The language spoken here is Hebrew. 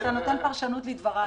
אתה נותן פרשנות לדבריי.